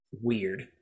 weird